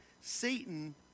Satan